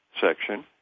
section